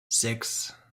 six